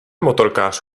motorkář